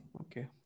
Okay